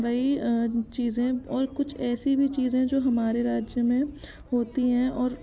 वही चीज़ें और कुछ ऐसी भी चीज़ें हैं जो हमारे राज्य में होती हैं और